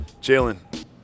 Jalen